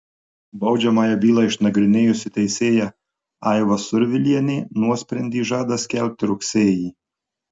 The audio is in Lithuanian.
baudžiamąją bylą išnagrinėjusi teisėja aiva survilienė nuosprendį žada skelbti rugsėjį